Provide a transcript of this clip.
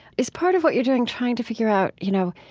is part of what you're doing trying to figure out, you know,